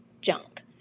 junk